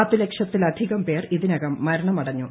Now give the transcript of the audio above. പൃത്തൂല്ക്ഷത്തിലധികം പേർ ഇതിനകം മരണമടഞ്ഞു